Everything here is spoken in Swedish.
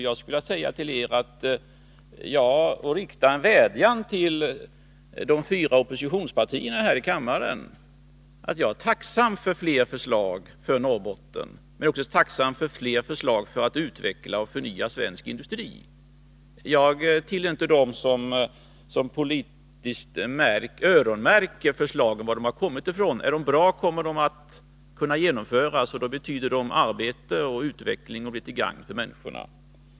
Jag skulle vilja rikta en vädjan till de fyra oppositionspartierna i kammaren: Jag är tacksam för fler förslag rörande Norrbotten och också för fler förslag som syftar till att utveckla och förnya svensk industri. Jag tillhör inte dem som politiskt öronmärker förslag. Om förslag är bra kan de genomföras, och på just detta område betyder det arbete och utveckling och blir till gagn för människorna.